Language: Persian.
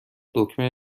دکمه